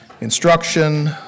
instruction